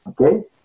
Okay